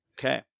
Okay